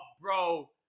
bro